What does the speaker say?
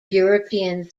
european